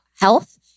health